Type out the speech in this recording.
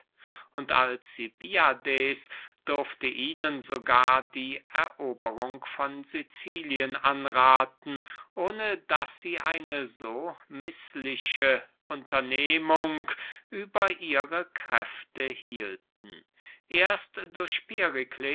und alcibiades durfte ihnen sogar die eroberung von sicilien anrathen ohne daß sie eine so mißliche unternehmung über ihre kräfte hielten erst durch